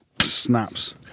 snaps